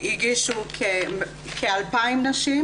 הגישו כ-2,000 נשים,